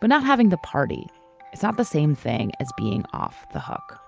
but not having the party it's not the same thing as being off the hook